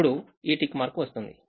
ఇప్పుడు ఈ tick mark వస్తుంది